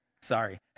sorry